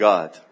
God